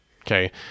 okay